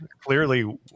Clearly